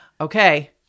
Okay